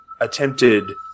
attempted